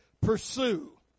pursue